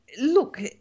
Look